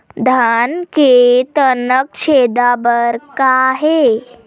धान के तनक छेदा बर का हे?